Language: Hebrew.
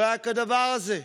לא היה כדבר הזה.